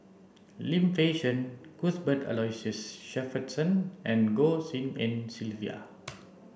Lim Fei Shen Cuthbert Aloysius Shepherdson and Goh Tshin En Sylvia